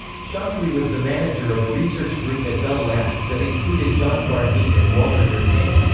shockley was the manager of a research group at bell labs that included john bardeen and walter brattain.